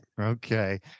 Okay